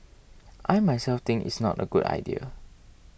I myself think it's not a good idea